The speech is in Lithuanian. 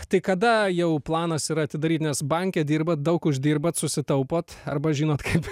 tai kada jau planas yra atidaryt nes banke dirbat daug uždirbat susitaupot arba žinot kaip